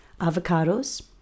avocados